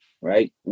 right